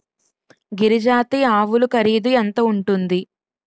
గిరి జాతి ఆవులు ఖరీదు ఎంత ఉంటుంది?